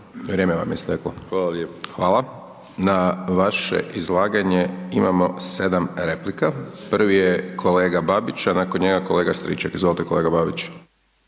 vrijeme vam je isteklo. Na vaše izlaganje imamo 7 replika. Prvi je kolega Babić a nakon njega kolega Stričak. Izvolite kolega Babić.